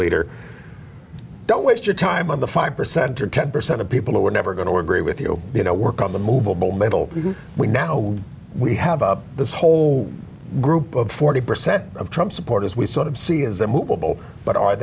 leader don't waste your time on the five percent or ten percent of people who were never going to agree with you you know work on the movable middle we now we have this whole group of forty percent of trump supporters we sort of see is a movable but are